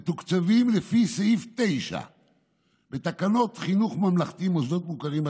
מתוקצבים לפי סעיף 9 בתקנות חינוך ממלכתי (מוסדות מוכרים),